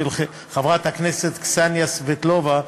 של חברת הכנסת קסניה סבטלובה,